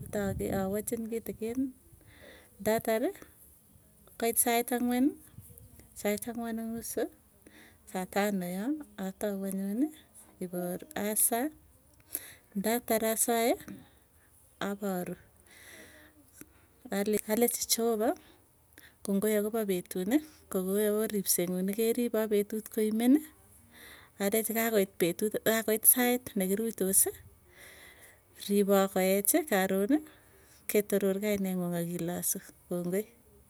kotawochen kitikiini. Ndatar koit sait angwani sait angwan ak nusu, saa tano yoo. Atau anyun iparu asaa, ndatar asae aparuu. Alechi cheopa kongoi akopa petuni kokoi akopa ripsee nguung nikeripoo petut koimeni, alechi kakoit petut kakoit sait nekirutosi, ripoo koechi karoon ketoror kaine nguung akilasu kongoi.